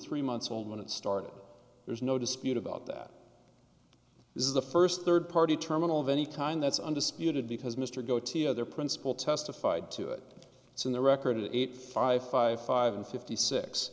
three months old when it started there's no dispute about that this is the first third party terminal of any kind that's undisputed because mr goaty other principal testified to it it's in the record eight five five five and fifty six